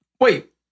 Wait